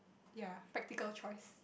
ya practical choice